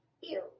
Ew